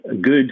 good